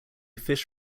fish